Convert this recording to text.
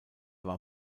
war